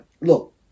Look